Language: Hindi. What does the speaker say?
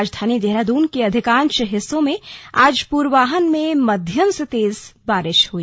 राजधानी देहरादून के अधिकांश हिस्सों में आज पूर्वाह्न में मध्यम से तेज बारिश हुई